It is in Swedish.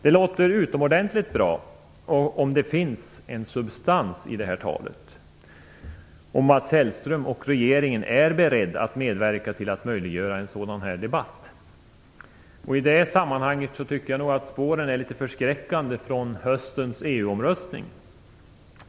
Det låter utomordentligt bra, om det finns en substans i det här talet, om Mats Hellström och regeringen är beredda att medverka till att möjliggöra en sådan här debatt. I det sammanhanget tycker jag nog att spåren är litet förskräckande från höstens EU omröstning.